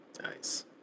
Nice